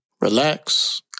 relax